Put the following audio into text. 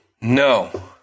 No